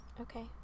Okay